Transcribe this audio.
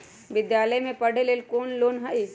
विद्यालय में पढ़े लेल कौनो लोन हई?